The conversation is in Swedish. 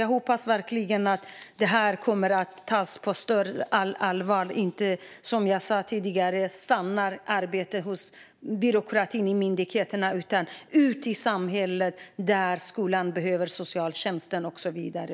Jag hoppas verkligen att det här kommer att tas på större allvar och att arbetet inte stannar i byråkrati hos myndigheterna, för det behövs ute i samhället, i skolan, i socialtjänsten och så vidare.